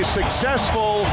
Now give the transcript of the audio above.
successful